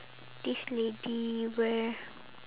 this lady wear